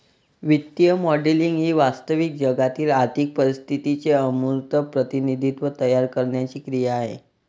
वित्तीय मॉडेलिंग ही वास्तविक जगातील आर्थिक परिस्थितीचे अमूर्त प्रतिनिधित्व तयार करण्याची क्रिया आहे